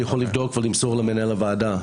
אני יכול לבדוק ולמסור למנהל הוועדה,